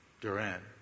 Durant